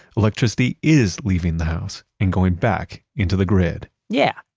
electricity is leaving the house and going back into the grid yeah,